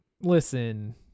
listen